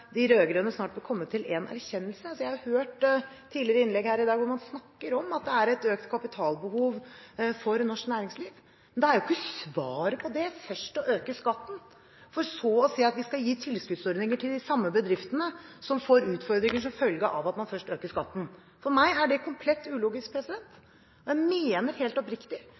de rød-grønne snart må komme til en erkjennelse. Jeg har hørt tidligere innlegg her i dag hvor man snakker om at det er et økt kapitalbehov for norsk næringsliv. Men da er jo ikke svaret på det først å øke skatten, for så å si at vi skal gi tilskuddsordninger til de samme bedriftene som får utfordringer som følge av at man først øker skatten. For meg er det komplett ulogisk, og jeg mener helt oppriktig